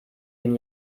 den